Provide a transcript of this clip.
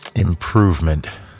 improvement